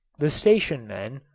the station men,